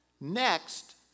Next